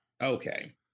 Okay